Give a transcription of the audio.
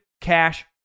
Cash